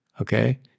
Okay